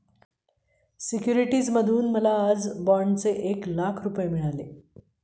security करून मला आजच्याप्रमाणे बाँडचे एक लाख रुपये मिळाले